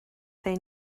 they